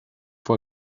fue